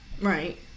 Right